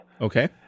Okay